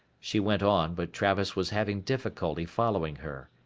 she went on, but travis was having difficulty following her.